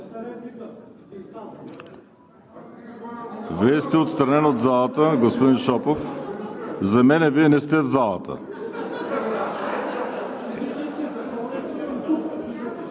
Вие сте отстранен от залата, господин Шопов. За мен Вие не сте в залата!